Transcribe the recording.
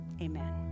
Amen